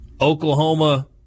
Oklahoma